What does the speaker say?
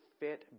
fit